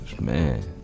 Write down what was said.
man